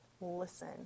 listen